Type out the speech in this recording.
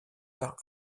par